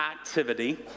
activity